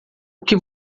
que